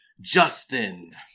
Justin